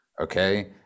Okay